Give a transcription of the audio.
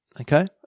Okay